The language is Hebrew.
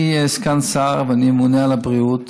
אני סגן שר ואני ממונה על הבריאות,